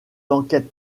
d’enquête